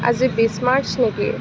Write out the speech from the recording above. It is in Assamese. আজি বিশ মাৰ্চ নেকি